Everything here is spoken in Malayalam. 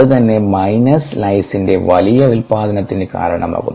അത് തന്നെ മൈനസ് ലൈസീന്റെ വലിയ ഉൽപാദനത്തിന് കാരണമാകുന്നു